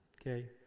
okay